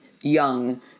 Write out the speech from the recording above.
young